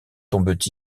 tombent